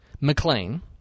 McLean